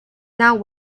now